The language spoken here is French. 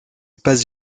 passe